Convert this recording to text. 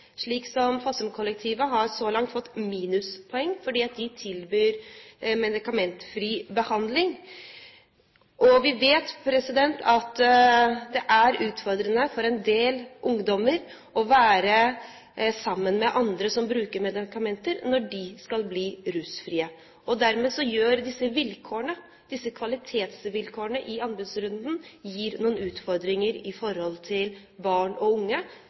Fossumkollektivet har så langt fått minuspoeng, fordi de tilbyr medikamentfri behandling. Vi vet at det er utfordrende for en del ungdommer å være sammen med andre som bruker medikamenter når de skal bli rusfrie. Dermed gir disse kvalitetsvilkårene i anbudsrunden noen utfordringer for barn og unge som ønsker å bli rusuavhengige. Hvilke grep vil statsråden ta for å sikre at vilkår i forhold til